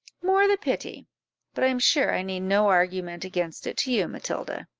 more the pity but i am sure i need no argument against it to you, matilda.